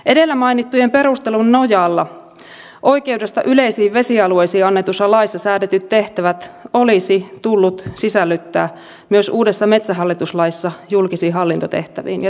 edellä mainittujen perustelujen nojalla oikeudesta yleisiin vesialueisiin annetussa laissa säädetyt tehtävät olisi tullut sisällyttää myös uudessa metsähallitus laissa julkisiin hallintotehtäviin ja tätä esitin